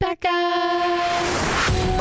Becca